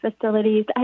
facilities